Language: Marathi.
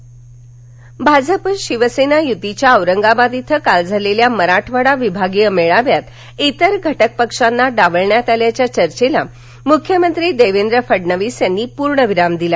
मुख्यमंत्री भाजप शिवसेना यूतीच्या औरंगाबाद इथ काल झालेल्या मराठवाडा विभागीय मेळाव्यात इतर घटकपक्षांना डावलण्यात आल्याच्या चर्घेला मुख्यमंत्री देवेंद्र फडणवीस यांनी पूर्णविराम दिला